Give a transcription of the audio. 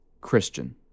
Christian